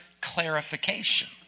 clarification